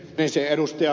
vistbackalle